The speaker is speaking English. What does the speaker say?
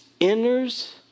enters